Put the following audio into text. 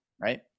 right